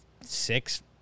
six